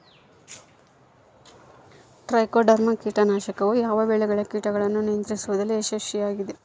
Trichoderma ಕೇಟನಾಶಕವು ಯಾವ ಬೆಳೆಗಳ ಕೇಟಗಳನ್ನು ನಿಯಂತ್ರಿಸುವಲ್ಲಿ ಯಶಸ್ವಿಯಾಗಿದೆ?